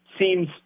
seems